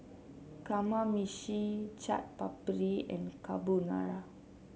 Kamameshi Chaat Papri and Carbonara